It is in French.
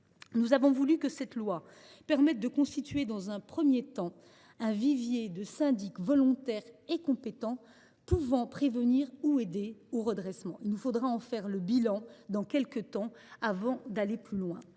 Nous avons voulu que cette loi permette de constituer dans un premier temps un vivier de syndics volontaires et compétents pouvant prévenir le redressement ou l’accompagner. Il nous faudra faire le bilan de ce dispositif dans quelque temps avant d’aller plus loin.